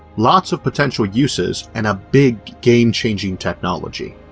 lot of potential uses and a big game changing technology.